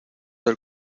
del